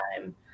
time